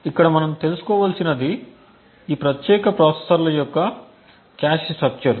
ఇక్కడ మనం తెలుసుకోవలసినది ఈ ప్రత్యేక ప్రాసెసర్ల యొక్క కాష్ స్ట్రక్చర్